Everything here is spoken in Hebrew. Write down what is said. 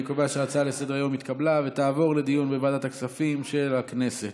אני קובע שההצעה לסדר-היום התקבלה ותעבור לדיון בוועדת הכספים של הכנסת.